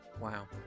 Wow